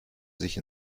sich